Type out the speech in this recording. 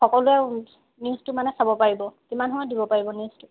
সকলোৱে নিউজটো মানে চাব পাৰিব কিমান সময়ত দিব পাৰিব নিউজটো